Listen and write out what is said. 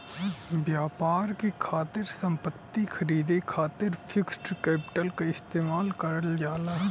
व्यापार के खातिर संपत्ति खरीदे खातिर फिक्स्ड कैपिटल क इस्तेमाल करल जाला